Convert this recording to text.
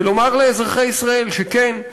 ולומר לאזרחי ישראל: כן,